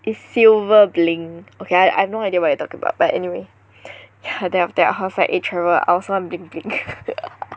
is silver bling okay I have no idea what you're talking about but anyway yeah then after that I was like eh Trevor ah I also want bling bling